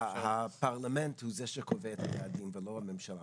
הפרלמנט הוא זה שקובע את היעדים ולא הממשלה,